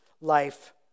life